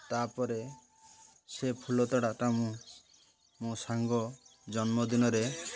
ତା'ପରେ ସେ ଫୁଲ ତୋଡ଼ାଟା ମୁଁ ମୋ ସାଙ୍ଗ ଜନ୍ମଦିନରେ